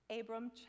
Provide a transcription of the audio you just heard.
Abram